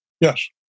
Yes